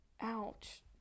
Ouch